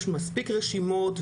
יש מספיק רשימות,